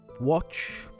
watch